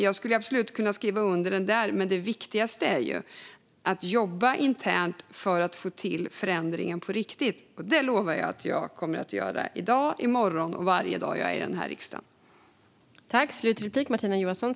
Jag skulle absolut kunna skriva under reservationen, men det viktigaste är att jobba internt för att få till en förändring på riktigt. Det lovar jag att jag kommer att göra i dag, i morgon och varje dag jag är i den här riksdagen.